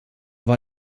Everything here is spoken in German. war